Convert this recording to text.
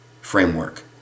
framework